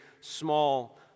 small